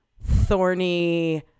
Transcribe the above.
thorny